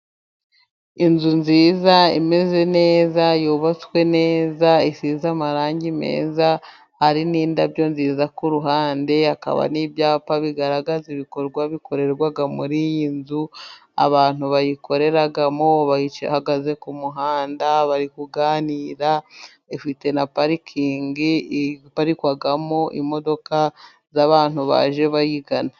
Inzu nziza imeze neza yubatswe neza, isize amarangi meza hari n'indabyo nziza, ku ruhande hakaba n'ibyapa bigaragaza ibikorwa bikorerwa muri iyi nzu, abantu bayikoreramo bahagaze ku muhanda bari kuganira, ifite na parikingi iparikwamo imodoka zabantu baje bayigana.